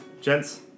Gents